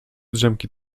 drzemki